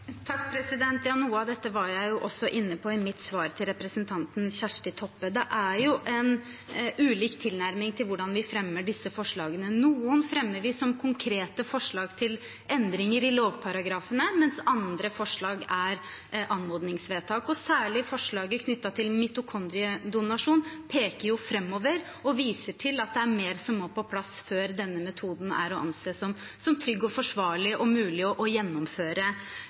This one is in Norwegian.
Noe av dette var jeg inne på i mitt svar til representanten Kjersti Toppe. Det er jo ulik tilnærming når det gjelder hvordan vi fremmer disse forslagene. Noen fremmer vi som konkrete forslag til endringer i lovparagrafene, mens andre er anmodningsvedtak. Særlig forslaget knyttet til mitokondriedonasjon peker framover og viser til at det er mer som må på plass før denne metoden er å anse som trygg og forsvarlig og mulig å gjennomføre